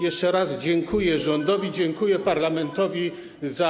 Jeszcze raz dziękuję rządowi, dziękuję parlamentowi za.